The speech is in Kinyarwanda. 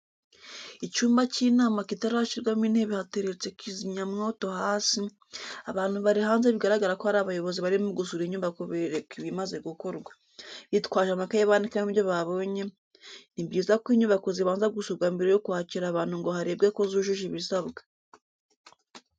Icyumba cy'inama kitarashyirwamo intebe hateretse kizimyamwoto hasi, abantu bari hanze bigaragara ko ari abayobozi barimo gusura inyubako berekwa ibimaze gukorwa, bitwaje amakaye bandikamo ibyo babonye, ni byiza ko inyubako zibanza gusurwa mbere yo kwakira abantu ngo harebwe ko zujuje ibisabwa.